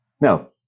Now